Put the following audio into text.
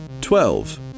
twelve